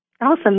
Awesome